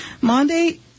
Monday